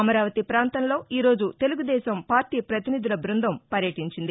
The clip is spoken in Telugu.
అమరావతి ప్రాంతంలో ఈ రోజు తెలుగుదేశం పార్టీ ప్రతినిధుల బృందం పర్యటించింది